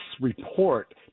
report